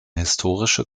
historische